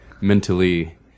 mentally